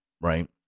Right